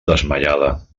desmaiada